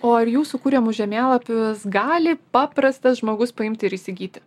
o ar jūsų kuriamus žemėlapius gali paprastas žmogus paimti ir įsigyti